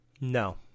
No